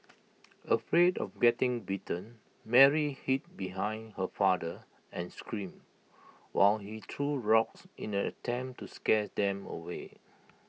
afraid of getting bitten Mary hid behind her father and screamed while he threw rocks in an attempt to scare them away